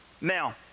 now